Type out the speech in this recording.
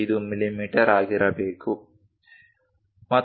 35 millimetre ಆಗಿರಬೇಕು